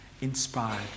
inspired